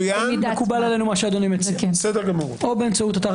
מקובל עלינו מה שאדוני מציע או באמצעות אתר